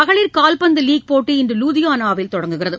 மகளிர் கால்பந்து லீக் போட்டி இன்று லூதியானாவில் தொடங்குகிறது